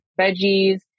veggies